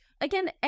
again